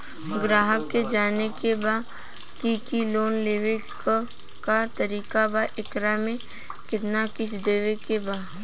ग्राहक के जाने के बा की की लोन लेवे क का तरीका बा एकरा में कितना किस्त देवे के बा?